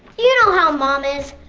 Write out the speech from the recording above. you know how mom is.